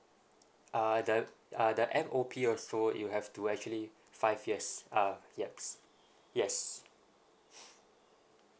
err the err the M_O_P also you have to actually five years ah yups yes